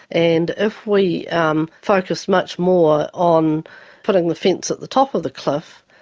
and if we um focus much more on putting the fence the top of the cliff,